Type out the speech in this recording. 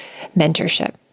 mentorship